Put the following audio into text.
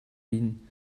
been